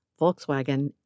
Volkswagen